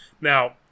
Now